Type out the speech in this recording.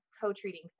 co-treating